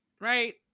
right